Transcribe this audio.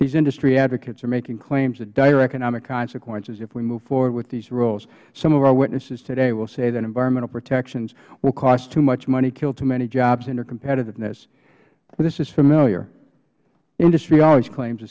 these industry advocates are making claims of dire economic consequences if we move forward with these rules some of our witnesses today will say that environmental protections will cost too much money kill too many jobs end their competitiveness this is familiar industry always claims t